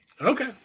Okay